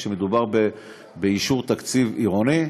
כשמדובר באישור תקציב עירוני,